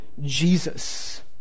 Jesus